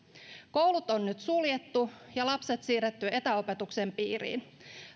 koulut on nyt suljettu ja lapset siirretty etäopetuksen piiriin